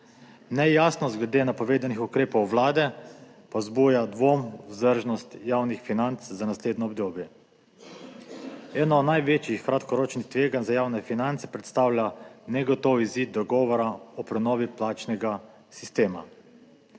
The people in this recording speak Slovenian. Nejasnost glede napovedanih ukrepov Vlade pa vzbuja dvom v vzdržnost javnih financ za naslednje obdobje. Eno največjih kratkoročnih tveganj za javne finance predstavlja negotov izid dogovora o prenovi plačnega sistema.